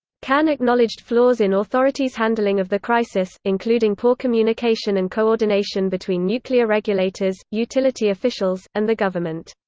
kan acknowledged flaws in authorities' handling of the crisis, including poor communication and coordination between nuclear regulators, utility officials, and the government.